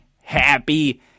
happy